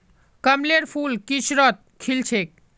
कमलेर फूल किचड़त खिल छेक